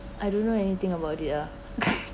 I don't know anything about it ah